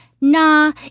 nah